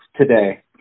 today